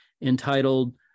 entitled